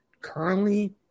currently